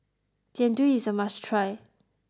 Jian Dui is a must try